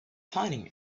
finding